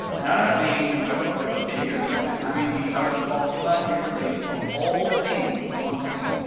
and i don't mean the most popular video content, i mean the most popular new release of all things on steam,